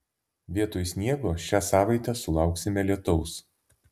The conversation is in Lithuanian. vietoj sniego šią savaitę sulauksime lietaus